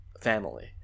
family